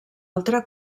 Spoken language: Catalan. altra